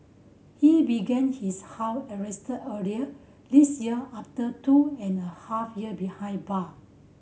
he began his house arrest earlier this year after two and a half year behind bar